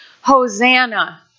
Hosanna